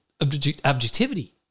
objectivity